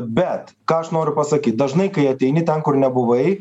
bet ką aš noriu pasakyt dažnai kai ateini ten kur nebuvai